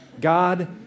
God